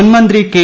മുൻമന്ത്രി കെ